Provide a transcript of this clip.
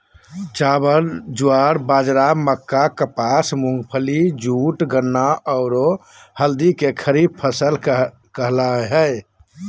चावल, ज्वार, बाजरा, मक्का, कपास, मूंगफली, जूट, गन्ना, औरो हल्दी के खरीफ फसल कहला हइ